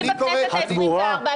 בטח --- אני בכנסת העשרים-וארבע,